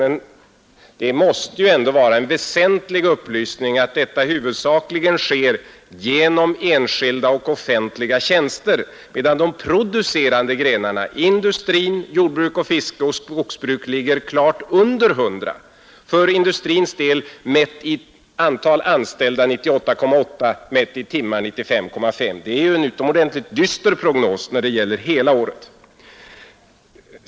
Men det måste vara en väsentlig upplysning att detta huvudsakligen sker genom enskilda och offentliga tjänster, medan de producerande grenarna, industri, jordbruk, fiske och skogsbruk, ligger klart under 100, för industrins del mätt i antal anställda 98,8, mätt i timmar 95,5. Det är ju en utomordentligt dyster prognos när det gäller hela året.